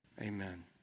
Amen